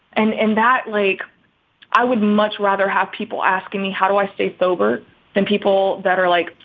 and and that like i would much rather have people asking me how do i stay sober than people that are like,